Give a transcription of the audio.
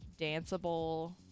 danceable